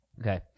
Okay